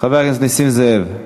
חבר הכנסת נסים זאב.